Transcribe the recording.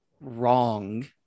wrong